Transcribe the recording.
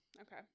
Okay